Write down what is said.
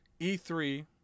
E3